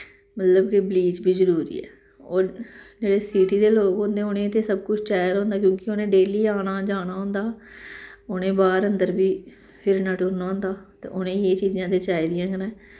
मतलब कि ब्लीच बी जरूरी ऐ होर जेह्ड़े सिटी दे लोग न उ'नें ते सब कुछ चाहिदा होंदा ऐ क्योंकि उ'नें डेली आना जाना होंदा उ'नें बाह्र अंदर बी फिरना टुरना होंदा ते उ'नेंगी एह् चीजां ते चाहिदियां गै न